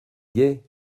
gaie